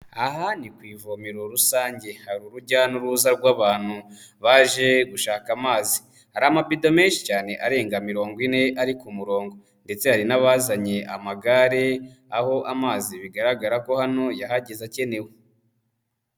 Aha ni ku ivomero rusange, hari urujya n'uruza rw'abantu baje gushaka amazi. Hari amabido menshi cyane arenga mirongo ine ari ku murongo. Ndetse hari n'abazanye amagare aho amazi bigaragara ko hano yahageze akenewe.